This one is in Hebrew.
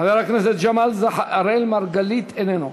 חבר הכנסת אראל מרגלית, איננו,